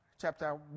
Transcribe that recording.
chapter